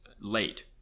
late